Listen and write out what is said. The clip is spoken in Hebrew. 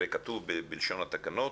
הרי כתוב בלשון התקנות,